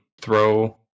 throw